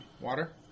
Water